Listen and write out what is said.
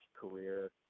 career